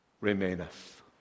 remaineth